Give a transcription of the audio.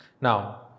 Now